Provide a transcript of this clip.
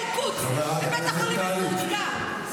חבר הכנסת עופר כסיף, בבקשה, חמש דקות לרשותך.